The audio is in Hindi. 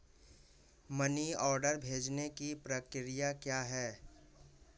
मनी ऑर्डर भेजने की प्रक्रिया क्या है?